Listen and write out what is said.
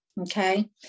okay